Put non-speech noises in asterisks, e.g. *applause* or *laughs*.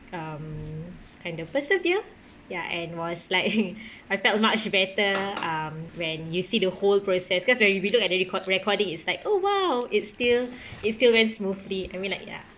um kind of persevere ya and was like *laughs* I felt much better um when you see the whole process cause when we look at the record~ recording it's like oh !wow! it's still it's still went smoothly I mean like ya